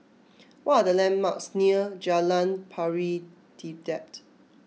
what are the landmarks near Jalan Pari Dedap